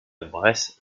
bresse